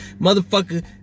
Motherfucker